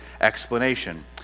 explanation